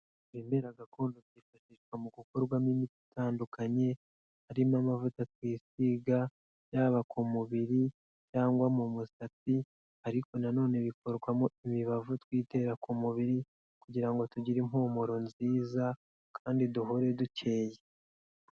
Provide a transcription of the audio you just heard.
Ibimera gakondo byifashishwa mu gukorwamo imiti itandukanye, harimo amavuta twisiga yaba ku mubiri cyangwa mu musatsi, ariko nanone bikorwamo imibavu twitera ku mubiri kugira ngo tugire impumuro nziza kandi duhore dukeye.